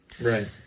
Right